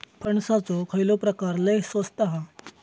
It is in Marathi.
कणसाचो खयलो प्रकार लय स्वस्त हा?